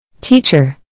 Teacher